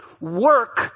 Work